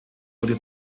wurde